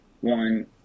One